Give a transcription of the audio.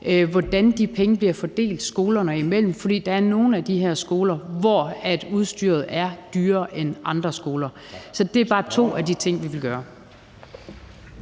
hvordan de penge bliver fordelt skolerne imellem, for der er nogle af de her skoler, hvor udstyret er dyrere end på andre skoler. Så det er bare to af de ting, vi vil gøre.